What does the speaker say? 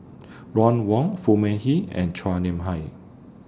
Ron Wong Foo Mee Hee and Chua Nam Hai